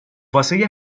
واسه